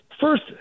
First